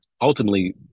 ultimately